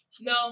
No